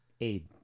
Aid